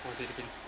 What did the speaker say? was it again